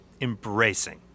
embracing